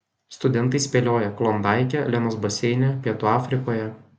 studentai spėlioja klondaike lenos baseine pietų afrikoje